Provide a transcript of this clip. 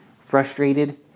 frustrated